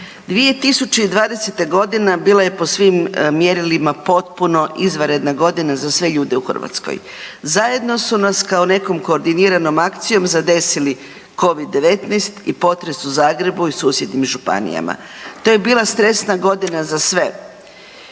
2020. godina bila je po svim mjerilima potpuno izvanredna godina za sve ljude u Hrvatskoj. Zajedno su nas kao nekom koordiniranom akcijom zadesili Covid-19 i potres u Zagrebu i susjednim županijama. To je bila stresna godina za sve.